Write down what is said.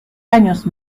años